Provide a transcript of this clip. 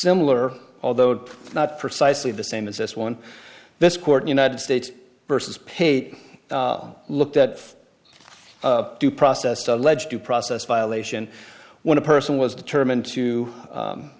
similar although not precisely the same as this one this court united states versus pape looked at due process to alleged due process violation when a person was determined to